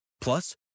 Plus